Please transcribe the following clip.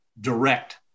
direct